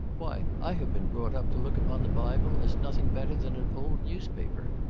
why, i have been brought up to look upon the bible as nothing better than an old newspaper.